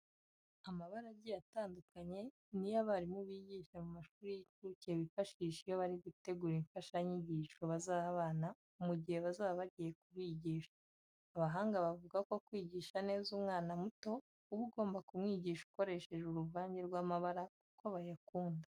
Amabara agiye atandukanye ni yo abarimu bigisha mu mashuri y'incuke bifashisha iyo bari gutegura imfashanyigisho bazaha abana mu gihe bazaba bagiye kubigisha. Abahanga bavuga ko kwigisha neza umwana muto uba ugomba kumwigisha ukoresheje uruvange rw'amabara kuko bayakunda.